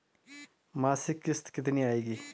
मासिक किश्त कितनी आएगी?